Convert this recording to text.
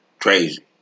crazy